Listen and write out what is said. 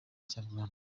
n’ikinyarwanda